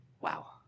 Wow